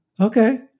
Okay